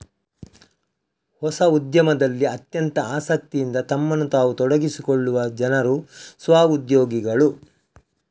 ಹೊಸ ಉದ್ಯಮದಲ್ಲಿ ಅತ್ಯಂತ ಆಸಕ್ತಿಯಿಂದ ತಮ್ಮನ್ನು ತಾವು ತೊಡಗಿಸಿಕೊಳ್ಳುವ ಜನರು ಸ್ವ ಉದ್ಯೋಗಿಗಳು